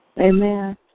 Amen